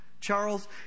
Charles